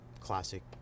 classic